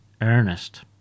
Ernest